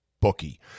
bookie